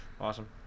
awesome